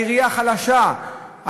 העירייה חלשה,